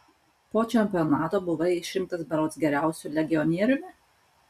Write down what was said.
po čempionato buvai išrinktas berods geriausiu legionieriumi